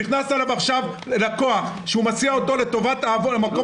שנכנס אליו עכשיו לקוח שהוא מסיע לטובת מקום